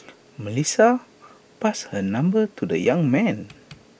Melissa passed her number to the young man